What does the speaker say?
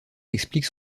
explique